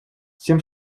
тем